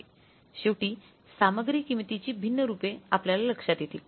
शेवटी सामग्री किमतीची भिन्न रूपे आपल्याला लक्षात येतील